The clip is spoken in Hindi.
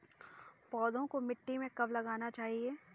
पौधों को मिट्टी में कब लगाना चाहिए?